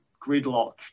Gridlock